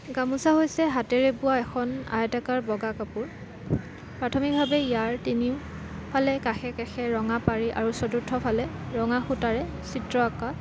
গামোচা হৈছে হাতেৰে বোৱা এখন আয়তাকাৰ বগা কাপোৰ প্ৰাথমিকভাৱে ইয়াৰ তিনিওফালে কাষে কাষে ৰঙা পাৰী আৰু চতুৰ্থফালে ৰঙা সূতাৰে চিত্ৰ আঁকা